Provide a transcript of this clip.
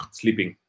sleeping